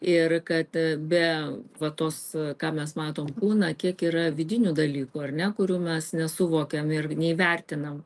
ir kad be va tos ką mes matom kūną kiek yra vidinių dalykų ar ne kurių mes nesuvokiam ir neįvertinam